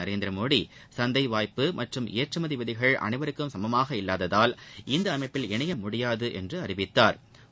நரேந்திரமோடி சந்தை வாய்ட்டு மற்றும் ஏற்றுமதி விதிகள் அனைவருக்கும் சமமாக இல்வாததால் இந்த அமைப்பில் இணைய முடியாது என்று அறிவித்தாா்